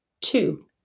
two